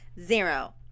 zero